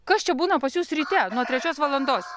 kas čia būna pas jus ryte nuo trečios valandos